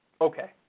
Okay